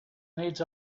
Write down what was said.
needs